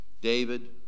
David